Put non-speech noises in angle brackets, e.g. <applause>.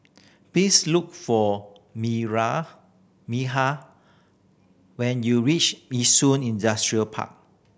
please look for Miriah <unintelligible> when you reach Yishun Industrial Park